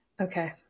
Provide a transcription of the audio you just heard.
Okay